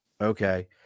okay